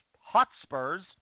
Hotspurs